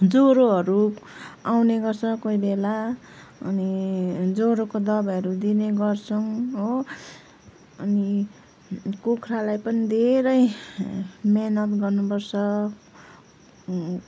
ज्वरोहरू आउने गर्छ कोही बेला अनि ज्वरोको दबाईहरू दिने गर्छौँ हो अनि कुखुरालाई पनि धेरै मिहिनेत गर्नुपर्छ